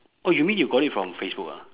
oh you mean you got it from facebook ah